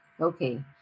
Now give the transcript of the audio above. Okay